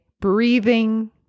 breathing